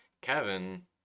Kevin